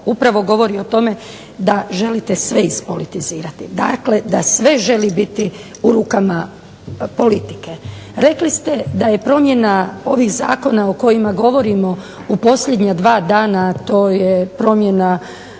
upravo govori o tome da želite sve ispolitizirati, dakle da sve želi biti u rukama politike. Rekli ste da je promjena ovih zakona o kojima govorimo u posljednja dva dana, a to je promjena u